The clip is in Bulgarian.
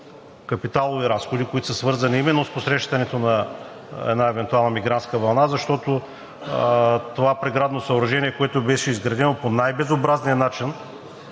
капиталови разходи, свързани именно с посрещането на евентуална мигрантска вълна. Това преградно съоръжение, което беше изградено по най безобразния начин